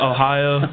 Ohio